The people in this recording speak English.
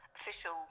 official